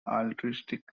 altruistic